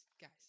guys